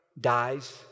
dies